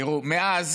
תראו, מאז